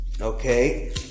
okay